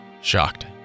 Shocked